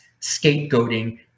scapegoating